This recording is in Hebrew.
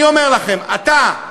אני אומר לכם, אתה,